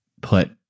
put